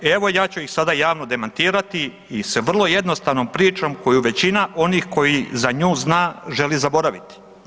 Evo, ja ću ih sada javno demantirati i s vrlo jednostavnom pričom koju većina onih koji za njih zna, želi zaboraviti.